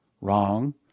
Wrong